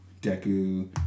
Deku